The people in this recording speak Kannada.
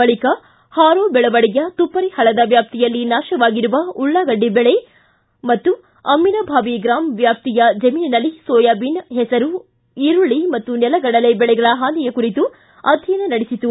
ಬಳಕ ಹಾರೋಜೆಳವಡಿಯ ತುಪ್ಪರಿಹಳ್ಳದ ವ್ಯಾಪ್ತಿಯಲ್ಲಿ ನಾಶವಾಗಿರುವ ಉಳ್ಳಾಗಡ್ಡಿ ಬೆಳೆ ಹಾಗೂ ಅಮ್ಲಿನಭಾವಿ ಗ್ರಾಮ ವ್ಯಾಪ್ತಿಯ ಜಮೀನಿನಲ್ಲಿ ಸೋಯಾಬೀನ್ ಹೆಸರು ಈರುಳ್ಳಿ ಹಾಗೂ ನೆಲಗಡಲೆ ಬೆಳೆಗಳ ಹಾನಿಯ ಕುರಿತು ಅಧ್ಯಯನ ನಡೆಸಿತು